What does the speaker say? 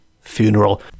funeral